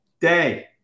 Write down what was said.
day